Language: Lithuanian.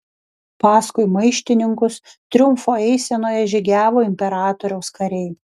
paskui maištininkus triumfo eisenoje žygiavo imperatoriaus kariai